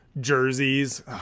jerseys